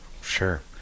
Sure